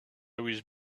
was